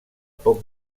poc